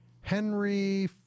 Henry